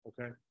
okay